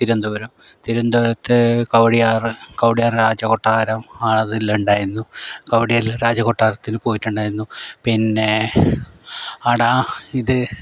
തിരുവനന്തപുരം തിരുവനന്തപുരത്ത് കവടിയാർ കവടിയാർ രാജ കൊട്ടാരം ആണ് അതിലുണ്ടായിരുന്നത് കവടിയാർ രാജകൊട്ടാരത്തിൽ പോയിട്ടുണ്ടായിരുന്നു പിന്നെ ആട ഇത്